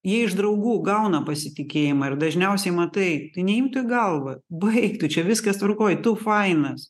jie iš draugų gauna pasitikėjimą ir dažniausiai matai tai neimk tu į galvą baik tu čia viskas tvarkoj tu fainas